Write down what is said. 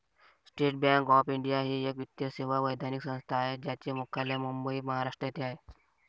state Bank of India ही एक वित्तीय सेवा वैधानिक संस्था आहे ज्याचे मुख्यालय मुंबई, महाराष्ट्र येथे आहे